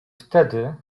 wtedy